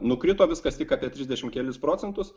nukrito viskas tik apie trisdešimt kelis procentus